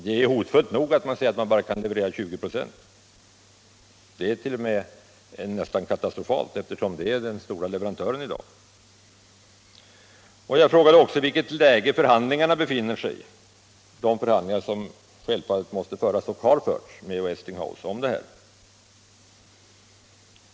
Det är hotfullt nog att företaget säger att det bara kan leverera 20 96 av vad som kontrakterats — det är t.o.m. nästan katastrofalt eftersom Westinghouse är den stora leverantören i dag. Jag frågade i vilket läge de förhandlingar befinner sig som självfallet måste föras och som har förts med Westinghouse.